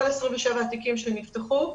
כל 27 התיקים שנפתחו,